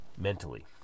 mentally